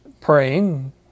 praying